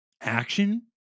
action